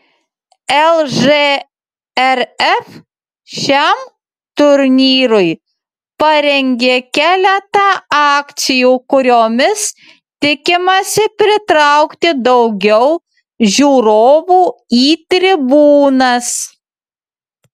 lžrf šiam turnyrui parengė keletą akcijų kuriomis tikimasi pritraukti daugiau žiūrovų į tribūnas